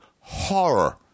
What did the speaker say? horror